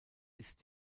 ist